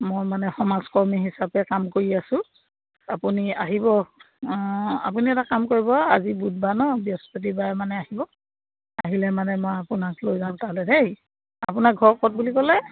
মই মানে সমাজকৰ্মী হিচাপে কাম কৰি আছো আপুনি আহিব আপুনি এটা কাম কৰিব আজি বুধবাৰ ন বৃহস্পতিবাৰ মানে আহিব আহিলে মানে মই আপোনাক লৈ যাম তালৈ দেই আপোনাক ঘৰ ক'ত বুলি ক'লে